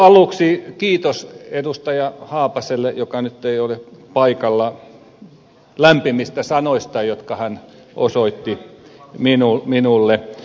aluksi kiitos edustaja haapaselle joka nyt ei ole paikalla lämpimistä sanoista jotka hän osoitti minulle